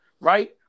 right